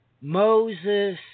Moses